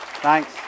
Thanks